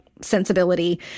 sensibility